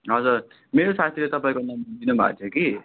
हजुर मेरो साथीले तपाईँको नम्बर दिनुभएको थियो कि